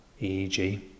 EEG